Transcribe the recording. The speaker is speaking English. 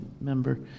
member